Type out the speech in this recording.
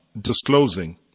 disclosing